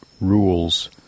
rules